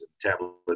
tablet